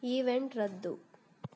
event ರದ್ದು